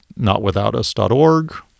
notwithoutus.org